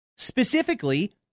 Specifically